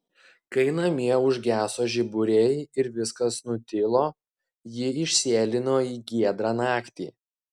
kai namie užgeso žiburiai ir viskas nutilo ji išsėlino į giedrą naktį